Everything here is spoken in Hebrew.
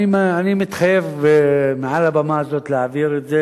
אני מתחייב מעל הבמה הזאת להעביר את זה